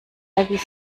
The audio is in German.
erwies